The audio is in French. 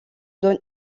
donne